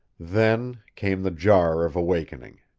then came the jar of awakening.